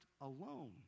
alone